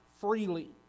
freely